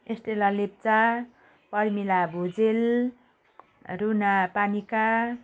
एस्ते Lalita Pramila Bhujel Runa Panika